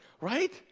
right